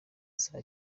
saa